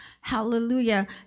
Hallelujah